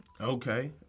Okay